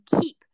keep